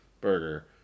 burger